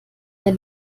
der